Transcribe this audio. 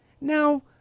Now